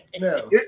No